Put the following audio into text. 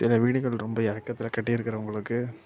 சில வீடுகள் ரொம்ப இறக்கத்துல கட்டிருக்கிறவங்களுக்கு